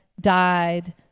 died